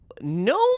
no